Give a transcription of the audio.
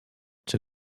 czy